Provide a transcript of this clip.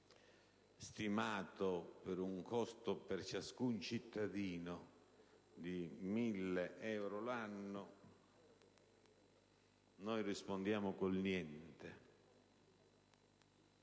stimato per un costo per ciascun cittadino di 1.000 euro l'anno, noi rispondiamo con il niente.